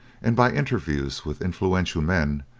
and by interviews with influential men,